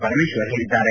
ಪರಮೇಶ್ವರ್ ಹೇಳಿದ್ದಾರೆ